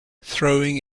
throwing